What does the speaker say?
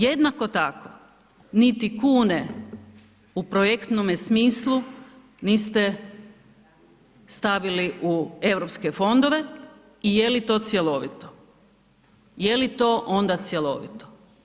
Jednako tako niti kune u projektnome smislu niste stavili u europske fondove i jeli to cjelovito, jeli to onda cjelovito?